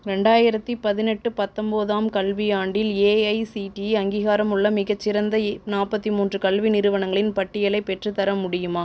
ரெண்டாயிரத்தி பதினெட்டு பத்தம்போதாம் கல்வியாண்டில் ஏஐசிடிஇ அங்கீகாரமுள்ள மிகச்சிறந்த நாற்பத்தி மூன்று கல்வி நிறுவனங்களின் பட்டியலை பெற்றுத்தர முடியுமா